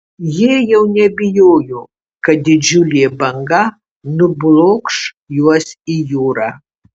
jie jau nebijojo kad didžiulė banga nublokš juos į jūrą